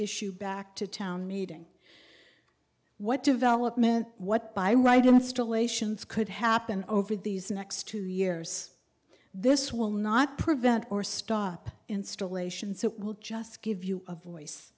issue back to town meeting what development what by right installations could happen over these next two years this will not prevent or stop installations it will just give you a voice